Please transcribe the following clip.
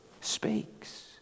speaks